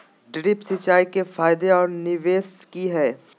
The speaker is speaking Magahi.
ड्रिप सिंचाई के फायदे और निवेस कि हैय?